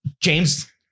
James